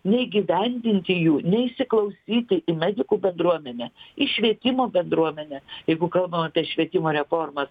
neįgyvendinti jų neįsiklausyti į medikų bendruomenę ir švietimo bendruomenė jeigu kalbam apie švietimo reformą